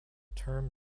term